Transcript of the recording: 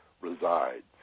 resides